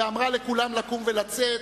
ואמרה לכולם לקום ולצאת.